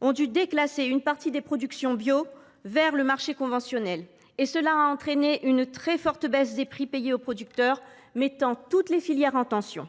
ont dû déclasser une partie de leurs productions bio pour les réorienter vers le marché conventionnel, ce qui a entraîné une très forte baisse des prix payés aux producteurs, mettant toutes les filières en tension.